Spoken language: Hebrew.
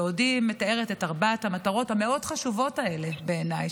בעודי מתארת את ארבע המטרות המאוד-חשובות האלה בעיניי,